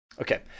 Okay